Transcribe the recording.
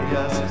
Yes